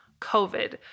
COVID